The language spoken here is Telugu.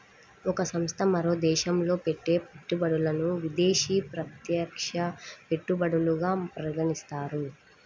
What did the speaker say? ఒక సంస్థ మరో దేశంలో పెట్టే పెట్టుబడులను విదేశీ ప్రత్యక్ష పెట్టుబడులుగా పరిగణిస్తారు